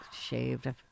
shaved